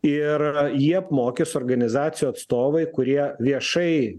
ir jį apmokys organizacijų atstovai kurie viešai